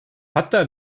hatta